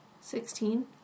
Sixteen